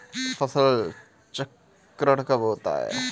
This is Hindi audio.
फसल चक्रण कब होता है?